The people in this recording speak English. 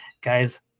guys